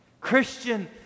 Christian